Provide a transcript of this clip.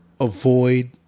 avoid